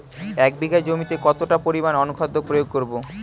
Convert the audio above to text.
এক বিঘা জমিতে কতটা পরিমাণ অনুখাদ্য প্রয়োগ করব?